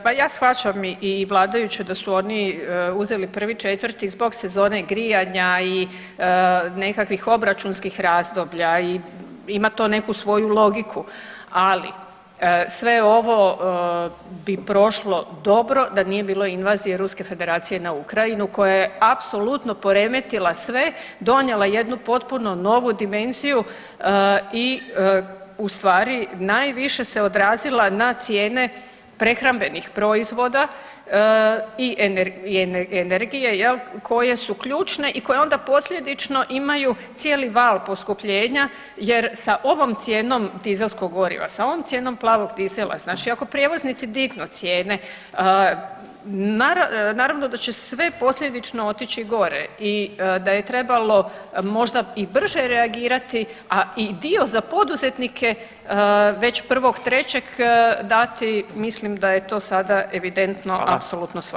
Pa shvaćam i vladajuće da se oni uzeli 1.4. zbog sezone grijanja i nekakvih obračunskih razdoblja i ima to neku svoju logiku, ali sve ovo bi prošlo dobro da nije bilo invazije Ruske Federacija na Ukrajinu koja je apsolutno poremetila sve, donijela jednu potpuno novu dimenziju i ustvari najviše se odrazila na cijene prehrambenih proizvoda i energije koje su ključne i koje onda posljedično imaju cijeli val poskupljenja jer sa ovom cijenom dizelskog goriva, sa ovom cijenom plavog dizela znači ako prijevoznici dignu cijene naravno da će sve posljedično otići gore i da je trebalo možda i brže reagirati, a i dio za poduzetnike već 1.3. dati mislim da je to sada evidentno apsolutno svakom.